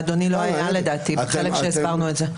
אדוני לא היה לדעתי בחלק שהסברנו את זה.